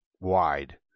wide